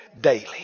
daily